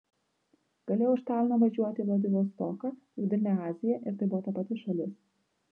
galėjau iš talino važiuoti į vladivostoką į vidurinę aziją ir tai buvo ta pati šalis